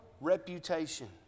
reputation